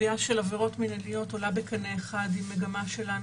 קביעה של עבירות מינהליות עולה בקנה אחד עם מגמה שלנו,